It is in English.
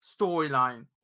storyline